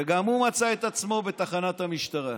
וגם הוא מצא את עצמו בתחנת המשטרה.